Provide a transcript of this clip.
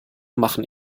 machen